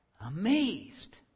amazed